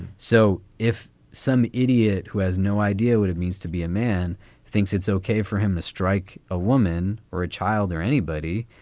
so if some idiot who has no idea what it means to be a man thinks it's ok for him to strike a woman or a child or anybody,